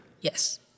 yes